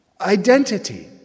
Identity